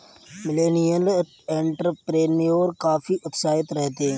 millennial entrepreneur काफी उत्साहित रहते हैं